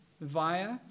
via